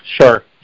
Sure